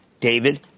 David